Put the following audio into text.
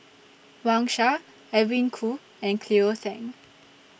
Wang Sha Edwin Koo and Cleo Thang